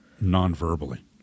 non-verbally